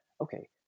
okay